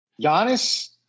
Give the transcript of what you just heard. Giannis